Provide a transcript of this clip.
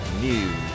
News